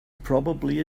probably